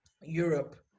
europe